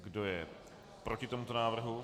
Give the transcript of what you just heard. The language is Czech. Kdo je proti tomuto návrhu?